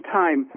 time